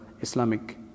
Islamic